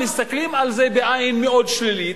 מסתכלים על זה בעין מאוד שלילית,